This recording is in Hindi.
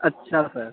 अच्छा सर